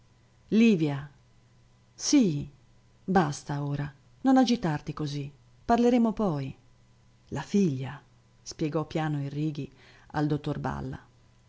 livia sì basta ora non agitarti così parleremo poi la figlia spiegò piano il righi al dottor balla